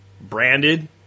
branded